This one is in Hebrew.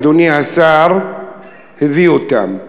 אדוני השר הביא אותם?